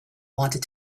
wanted